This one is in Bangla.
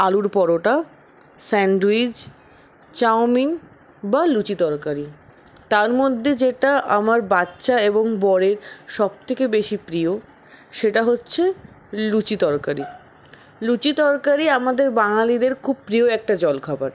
আলুর পরোটা স্যান্ডউইচ চাউমিন বা লুচি তরকারি তার মধ্যে যেটা আমার বাচ্চা এবং বরের সবথেকে বেশি প্রিয় সেটা হচ্ছে লুচি তরকারি লুচি তরকারি আমাদের বাঙালিদের খুব প্রিয় একটা জলখাবার